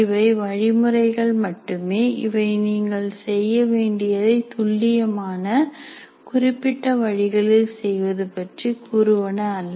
இவை வழி முறைகள் மட்டுமே இவை நீங்கள் செய்ய வேண்டியதை துல்லியமான குறிப்பிட்ட வழிகளில் செய்வது பற்றி கூறுவன அல்ல